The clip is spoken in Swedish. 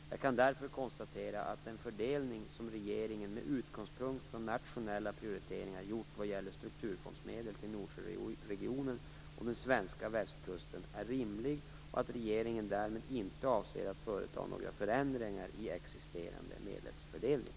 Jag kan därför konstatera att den fördelning som regeringen, med utgångspunkt från nationella prioriteringar, gjort vad gäller strukturfondsmedel till Nordsjöregionen och den svenska västkusten är rimlig och att regeringen därmed inte avser att företa några förändringar i existerande medelsfördelning.